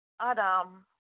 Adam